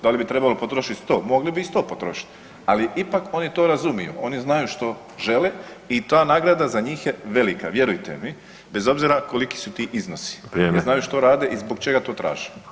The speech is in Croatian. Da li bi trebali potrošiti 100, mogli bi i 100 potrošiti ali ipak oni to razumiju, oni znaju što žele i ta nagrada za njih je velika, vjerujte mi bez obzira koliki su ti iznosi [[Upadica: Vrijeme.]] i znaju što rade i zbog čega to traže.